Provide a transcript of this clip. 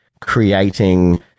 creating